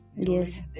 yes